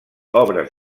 obres